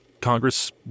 Congress